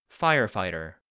Firefighter